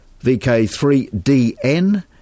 VK3DN